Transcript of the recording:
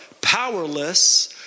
powerless